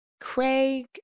Craig